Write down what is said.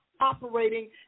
operating